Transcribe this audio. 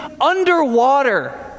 underwater